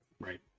Right